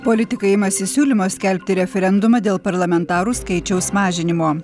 politikai imasi siūlymo skelbti referendumą dėl parlamentarų skaičiaus mažinimo